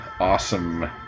awesome